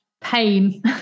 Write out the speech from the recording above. pain